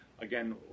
again